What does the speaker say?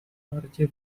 uparcie